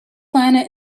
planet